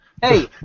Hey